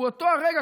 באותו רגע,